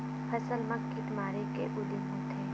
फसल मा कीट मारे के का उदिम होथे?